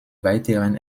weiteren